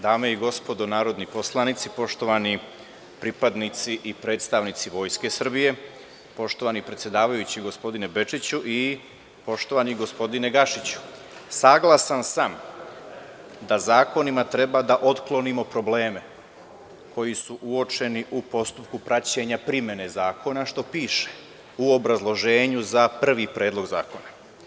Dame i gospodo narodni poslanici, poštovani pripadnici i predstavnici Vojske Srbije, poštovani predsedavajući gospodine Bečiću i poštovani gospodine Gašiću saglasan sam da zakonima treba da otklonimo probleme koji su uočeni u postupku praćenja primene zakona, što piše u obrazloženju za prvi predlog zakona.